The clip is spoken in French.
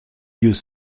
vieux